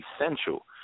essential